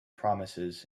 promises